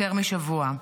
משבוע.